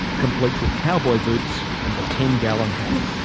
complete with cowboy boots and the ten-gallon hat.